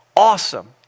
awesome